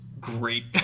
great